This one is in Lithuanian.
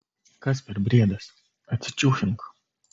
kas per briedas atsičiūchink